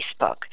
Facebook